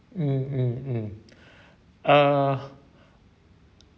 mm mm mm uh